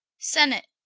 senet.